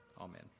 Amen